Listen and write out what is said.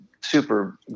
super